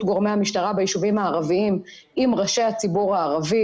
גורמי המשטרה ביישובים הערבים עם ראשי הציבור הערבי,